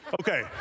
Okay